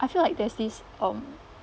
I feel like there's this um